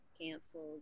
canceled